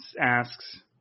asks